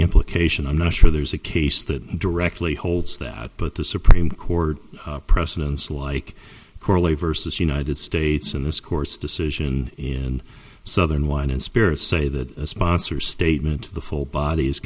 implication i'm not sure there's a case that directly holds that but the supreme court precedents like correlate versus united states and this court's decision in southern wine and spirits say that a sponsor statement to the full body is